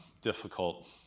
difficult